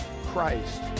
Christ